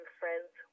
friends